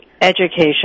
Education